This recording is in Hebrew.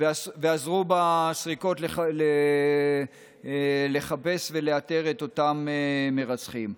ועזרו בסריקות לחפש ולאתר את אותם מרצחים.